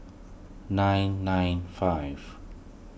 nine nine five